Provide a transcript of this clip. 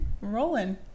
rolling